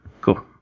Cool